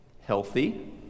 healthy